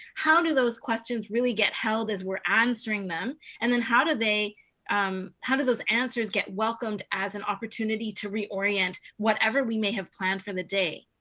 how do those questions really get held as we're answering them, and then how do um how do those answers get welcomed as an opportunity to reorient whatever we may have planned for the day?